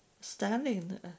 standing